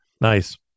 Nice